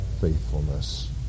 faithfulness